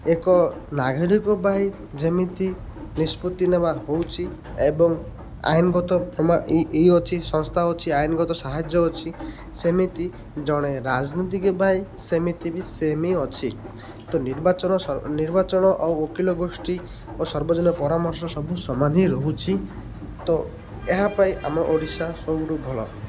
ଏକ ନାଗରିକ ପାଇଁ ଯେମିତି ନିଷ୍ପତ୍ତି ନେବା ହେଉଛି ଏବଂ ଆଇନଗତ କ୍ଷମା ଅଛି ସଂସ୍ଥା ଅଛି ଆଇନଗତ ସାହାଯ୍ୟ ଅଛି ସେମିତି ଜଣେ ରାଜନୀତିକ ବା ସେମିତି ବି ସେ ନେଇ ଅଛି ତ ନିର୍ବାଚନ ନିର୍ବାଚନ ଓ ଓକିଲ ଗୋଷ୍ଠୀ ଓ ସାର୍ବଜନ ପରାମର୍ଶ ସବୁ ସମାନ ହି ରହୁଛି ତ ଏହାପାଇଁ ଆମ ଓଡ଼ିଶା ସବୁଠୁ ଭଲ